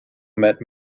met